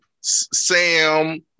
Sam